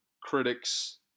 critics